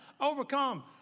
Overcome